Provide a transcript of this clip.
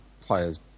players